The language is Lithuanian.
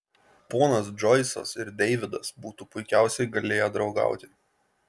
ponas džoisas ir deividas būtų puikiausiai galėję draugauti